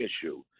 issue